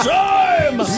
time